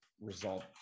result